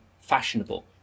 fashionable